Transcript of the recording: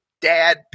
dad